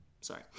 Sorry